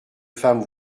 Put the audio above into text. femme